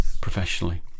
professionally